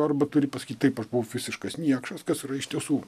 arba turi pasakyti taip aš buvau visiškas niekšas kas iš tiesų